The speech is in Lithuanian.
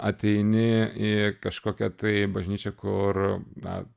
ateini į kažkokią tai bažnyčią kur na